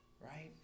Right